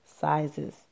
sizes